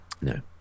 No